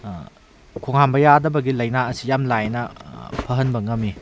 ꯈꯣꯡ ꯍꯥꯝꯕ ꯌꯥꯗꯕꯒꯤ ꯂꯥꯏꯅꯥ ꯑꯁꯤ ꯌꯥꯝ ꯂꯥꯏꯅ ꯐꯍꯟꯕ ꯉꯝꯃꯤ